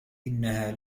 إنها